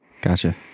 Gotcha